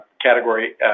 category